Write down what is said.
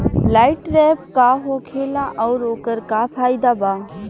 Light trap का होखेला आउर ओकर का फाइदा बा?